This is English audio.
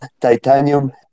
Titanium